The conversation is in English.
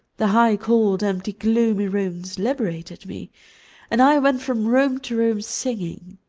the high cold empty gloomy rooms liberated me and i went from room to room singing.